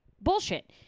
bullshit